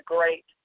Great